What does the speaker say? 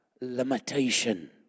limitation